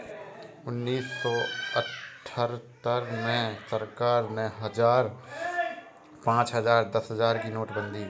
उन्नीस सौ अठहत्तर में सरकार ने हजार, पांच हजार, दस हजार की नोटबंदी की